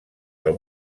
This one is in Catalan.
del